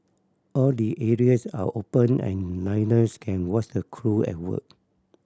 all the areas are open and diners can watch the crew at work